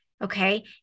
Okay